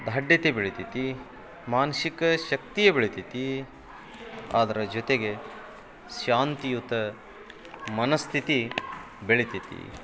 ದಾರ್ಢ್ಯತೆ ಬೆಳಿತೈತಿ ಮಾನ್ಸಿಕ ಶಕ್ತಿಯು ಬೆಳಿತೈತಿ ಅದರ ಜೊತೆಗೆ ಶಾಂತಿಯುತ ಮನಸ್ಥಿತಿ ಬೆಳಿತೈತಿ